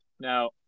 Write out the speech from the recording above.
Now